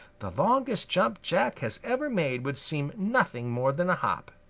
the longest jump jack has ever made would seem nothing more than a hop.